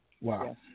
Wow